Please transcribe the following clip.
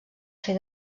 fer